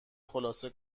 خلاصه